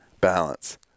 Balance